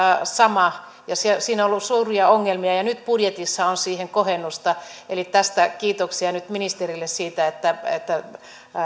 sama ja siinä on ollut suuria ongelmia ja nyt budjetissa on siihen kohennusta eli kiitoksia nyt ministerille siitä että että